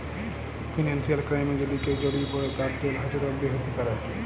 financial ক্রাইমে যদি কেউ জড়িয়ে পরে, তার জেল হাজত অবদি হ্যতে প্যরে